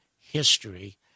history